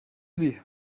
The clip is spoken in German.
sie